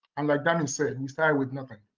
and like dami said, we started with nothing,